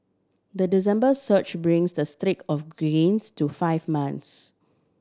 the December surge brings the streak of gains to five months